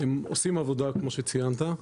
הם עושים עבודה, כמו שציינת,